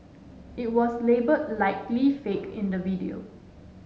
it was labelled Likely Fake in the video